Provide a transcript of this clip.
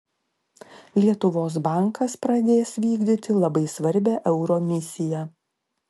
lietuvos bankas pradės vykdyti labai svarbią euro misiją